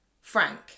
frank